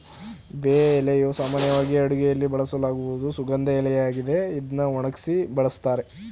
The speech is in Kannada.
ಬೇ ಎಲೆಯು ಸಾಮಾನ್ಯವಾಗಿ ಅಡುಗೆಯಲ್ಲಿ ಬಳಸಲಾಗುವ ಸುಗಂಧ ಎಲೆಯಾಗಿದೆ ಇದ್ನ ಒಣಗ್ಸಿ ಬಳುಸ್ತಾರೆ